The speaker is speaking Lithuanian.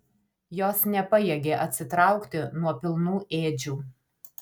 jos nepajėgė atsitraukti nuo pilnų ėdžių